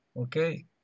Okay